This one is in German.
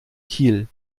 kiel